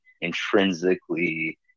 intrinsically